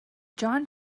john